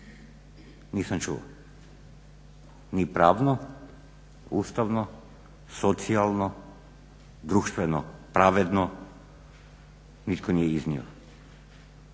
nisam čuo. Ni pravno, ustavno, socijalno, društveno, pravedno, nitko nije iznio.